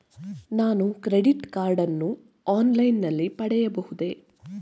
ನಾನು credit card ಅನ್ನು online ನಲ್ಲಿ ಪಡೆಯಬಹುದೇ?